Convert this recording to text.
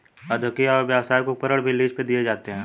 औद्योगिक या व्यावसायिक उपकरण भी लीज पर दिए जाते है